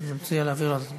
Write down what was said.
מציע להעביר לוועדת הפנים?